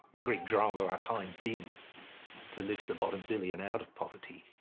the great drama of our time, being to lift the bottom billion out of poverty.